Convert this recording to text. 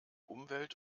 umwelt